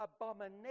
abomination